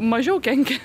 mažiau kenkia